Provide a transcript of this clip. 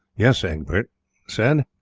yes, egbert said,